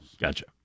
Gotcha